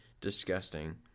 disgusting